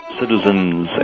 citizens